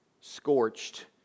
scorched